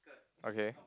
okay